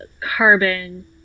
carbon